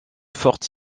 forte